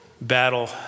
battle